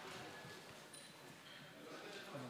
מיקי לוי,